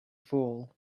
fool